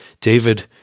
David –